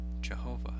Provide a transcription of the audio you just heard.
Jehovah